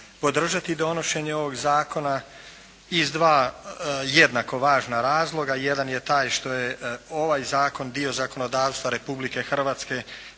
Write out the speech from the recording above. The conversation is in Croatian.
podržati donošenje ovog zakona iz dva jednako važna razloga. Jedan je taj što je ovaj zakon dio zakonodavstva Republike Hrvatske